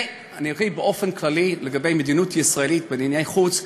ואני אגיד באופן כללי לגבי מדיניות ישראל בענייני חוץ: